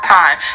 time